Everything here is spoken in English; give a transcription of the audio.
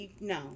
No